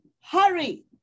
hurry